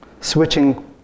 switching